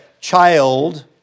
child